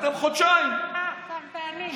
אתם חודשיים, כמה פעמים.